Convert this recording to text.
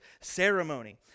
ceremony